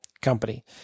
company